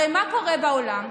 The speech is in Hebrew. הרי מה קורה בעולם?